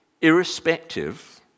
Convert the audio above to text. irrespective